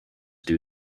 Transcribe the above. due